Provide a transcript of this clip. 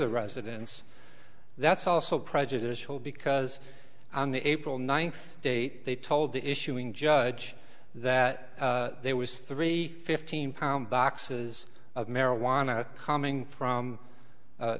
the residence that's also prejudicial because on the april ninth date they told the issuing judge that there was three fifteen pound boxes of marijuana coming from